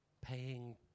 paying